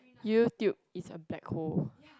YouTube is a black hole